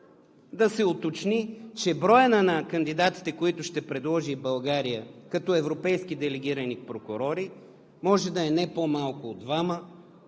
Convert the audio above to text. да се уточни, че броят на кандидатите, които ще предложи България като европейски делегирани прокурори, може да е не по малко от двама